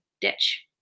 ditch